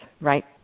right